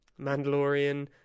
mandalorian